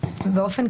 המשתתפים